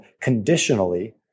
conditionally